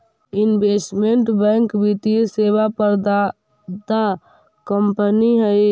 investment bank वित्तीय सेवा प्रदाता कंपनी हई